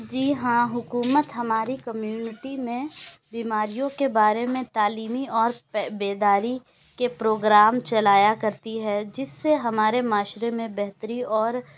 جی ہاں حکومت ہماری کمیونٹی میں بیماریوں کے بارے میں تعلیمی اور بیداری کے پروگرام چلایا کرتی ہے جس سے ہمارے معاشرے میں بہتری اور